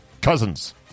Cousins